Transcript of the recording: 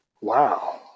wow